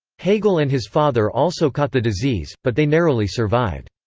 hegel and his father also caught the disease, but they narrowly survived.